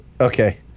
okay